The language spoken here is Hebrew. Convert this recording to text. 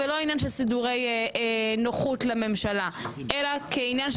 לא עניין של סידורי נוחות לממשלה - כעניין של